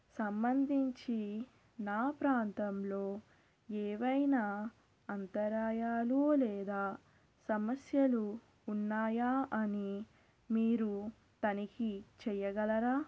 సంబంధించి నా ప్రాంతంలో ఏవైనా అంతరాయాలు లేదా సమస్యలు ఉన్నాయా అని మీరు తనిఖీ చెయ్యగలరా